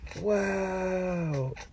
Wow